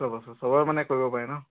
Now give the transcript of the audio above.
চব আছে চবৰ মানে কৰিব পাৰি ন